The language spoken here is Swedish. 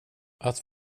att